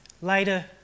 later